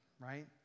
right